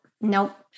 nope